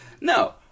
No